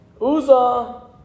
Uza